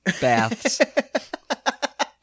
baths